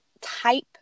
type